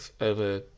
over